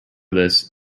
this